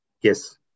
Yes